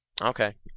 Okay